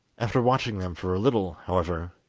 after watching them for a little, however,